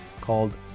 called